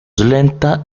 lenta